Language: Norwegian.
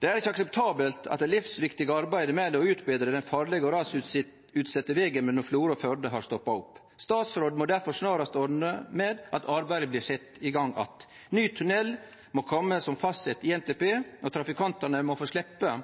Det er ikkje akseptabelt at det livsviktige arbeidet med å utbetre den farlege og rasutsette vegen mellom Florø og Førde har stoppa opp. Statsråden må difor snarast ordne med at arbeidet blir sett i gang att. Ny tunnel må kome som fastsett i NTP, og trafikantane må få sleppe